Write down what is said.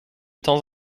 temps